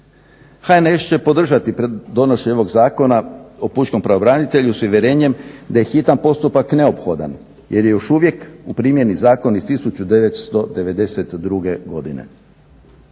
HNS će podržati donošenje ovog Zakona o pučkom pravobranitelju s uvjerenje da je hitan postupak neophodan jer je još uvijek u primjeni zakon iz 1992. godine.